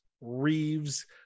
Reeves